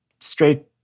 straight